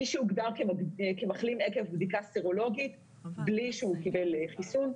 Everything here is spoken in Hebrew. מי שהוגדר כמחלים עקב בדיקה סרולוגית בלי שהוא קיבל חיסון,